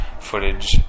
footage